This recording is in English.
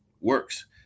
works